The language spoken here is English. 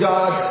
God